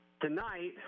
tonight